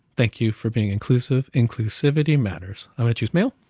thank you for being inclusive, inclusivity matters. i'm gonna choose male.